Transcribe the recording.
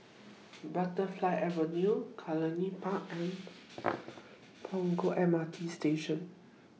Butterfly Avenue Cluny Park and Punggol M R T Station